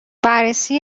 بررسی